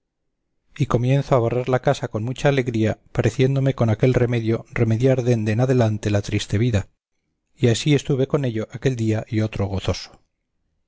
y comienzo a barrer la casa con mucha alegría pareciéndome con aquel remedio remediar dende en adelante la triste vida y así estuve con ello aquel día y otro gozoso